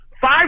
five